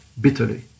bitterly